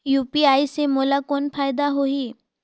UPI से मोला कौन फायदा होही?